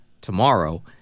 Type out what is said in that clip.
tomorrow